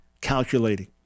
calculating